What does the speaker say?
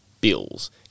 bills